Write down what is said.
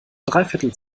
dreiviertel